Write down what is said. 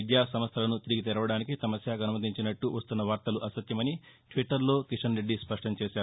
విద్యా సంస్టలను తిరిగి తెరవడానికి తమ శాఖ అనుమతించినట్లు వస్తున్న వార్తలు అసత్యమని ట్విట్టర్లో కిషన్ రెడ్డి స్పష్టం చేశారు